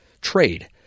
trade